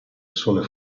sole